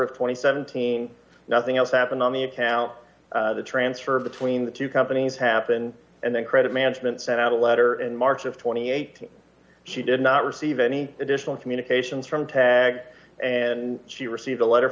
and seventeen nothing else happened on the account the transfer between the two companies happen and then credit management sent out a letter in march of twenty eight she did not receive any additional communications from tag and she received a letter